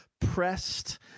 pressed